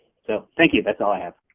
so thank you that's all i have.